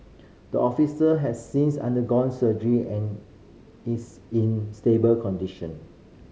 the officer has since undergone surgery and is in stable condition